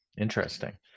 interesting